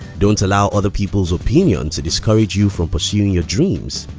don't allow other people's opinion to discourage you from pursuing your dreams.